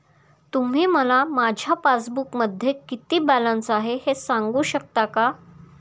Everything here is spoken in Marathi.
तुम्ही मला माझ्या पासबूकमध्ये किती बॅलन्स आहे हे सांगू शकता का?